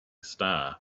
star